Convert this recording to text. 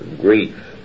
grief